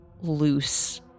loose